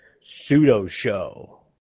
pseudo-show